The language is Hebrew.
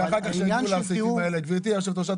העניין -- גברתי יושבת הראש,